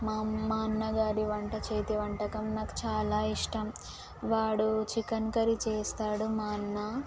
మా అం మా అన్న గారి వంట చేతి వంటకం నాకు చాలా ఇష్టం వాడు చికెన్ కర్రీ చేస్తాడు మా అన్న